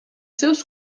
seus